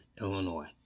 Illinois